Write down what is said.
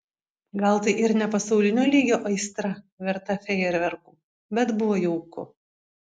gal tai ir ne pasaulinio lygio aistra verta fejerverkų bet buvo jauku